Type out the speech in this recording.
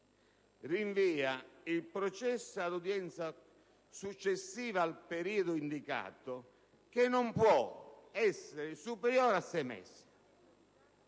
rinvia il processo all'udienza successiva al periodo indicato, che non può essere superiore a sei mesi.